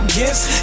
gifts